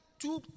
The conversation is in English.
Two